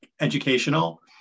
educational